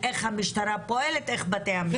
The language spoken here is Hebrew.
איך המשטרה פועלת ואיך בתי המשפט פועלים,